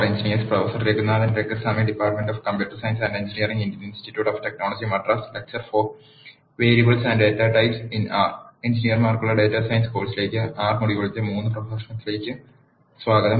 എഞ്ചിനീയർമാർക്കുള്ള data science കോഴ് സിലെ R മൊഡ്യൂളിന്റെ - 3 പ്രഭാഷണത്തിലേക്ക് സ്വാഗതം